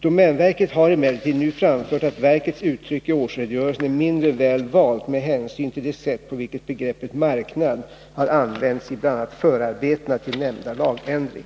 Domänverket har emellertid nu framfört att verkets uttryck i årsredogörelsen är mindre väl valt, med hänsyn till det sätt på vilket begreppet ”marknad” har använts i bl.a. förarbetena till nämnda lagändring.